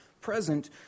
present